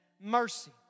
mercy